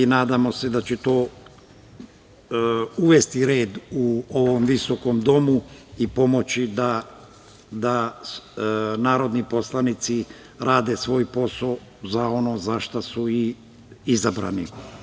Nadamo se da će to uvesti red u ovom viskom domu i pomoći da narodni poslanici rade svoj posao za ono za šta su i izabrani.